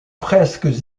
fresques